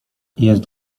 jest